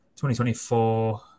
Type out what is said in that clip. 2024